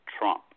Trump